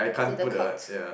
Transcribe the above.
to the cult